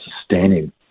sustaining